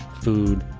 food,